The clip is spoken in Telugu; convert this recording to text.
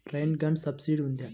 రైన్ గన్కి సబ్సిడీ ఉందా?